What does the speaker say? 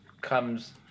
comes